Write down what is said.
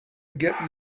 get